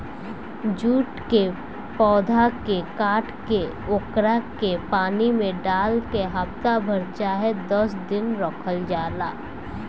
jute के पौधा के काट के ओकरा के पानी में डाल के हफ्ता भर चाहे दस दिन रखल जाला